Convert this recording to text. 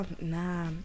nah